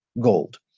gold